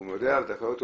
הוא יודע על תקלות,